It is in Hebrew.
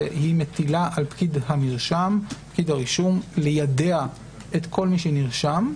להטיל על פקיד הרישום ליידע את כל מי שנרשם,